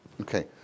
Okay